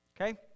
Okay